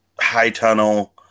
high-tunnel